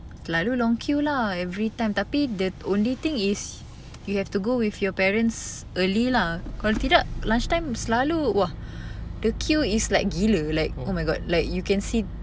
selalu long queue lah every time tapi the only thing is you have to go with your parents early lah kalau tidak lunch time selalu !wah! the queue is like gila like oh my god like you can see